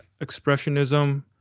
expressionism